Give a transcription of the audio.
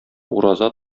ураза